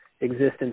existence